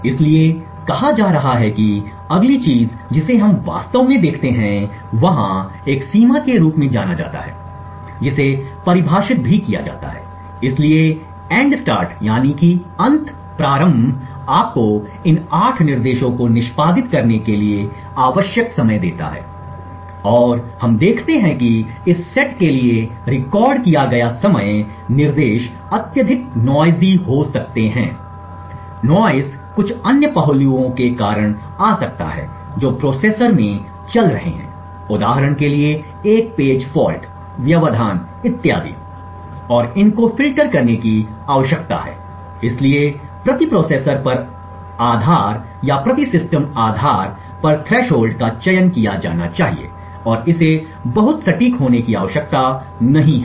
इसलिए कहा जा रहा है कि अगली चीज़ जिसे हम वास्तव में देखते हैं वहाँ एक सीमा के रूप में जाना जाता है जिसे परिभाषित भी किया जाता है इसलिए अंत प्रारंभ आपको इन 8 निर्देशों को निष्पादित करने के लिए आवश्यक समय देता है और हम देखते हैं कि इस सेट के लिए रिकॉर्ड किया गया समय निर्देश अत्यधिक नोआईजी हो सकते हैं नोआईज कुछ अन्य पहलुओं के कारण आ सकता है जो प्रोसेसर में चल रहे हैं उदाहरण के लिए एक पेज फॉल्ट व्यवधान इत्यादि और इन को फ़िल्टर करने की आवश्यकता है इसलिए प्रति प्रोसेसर पर आधार या प्रति सिस्टम आधार पर थ्रेशोल्ड का चयन किया जाना चाहिए और इसे बहुत सटीक होने की आवश्यकता नहीं है